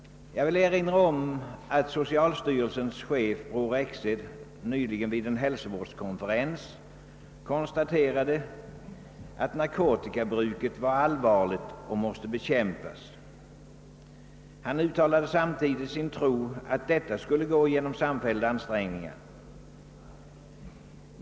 Jag vill erinra om att socialstyrelsens chef Bror Rexed nyligen vid en hälsovårdskonferens konstaterade att narkotikabruket är allvarligt och måste bekämpas. Han gav samtidigt uttryck åt sin tro att detta skulle gå genom samfällda ansträngningar.